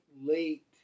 late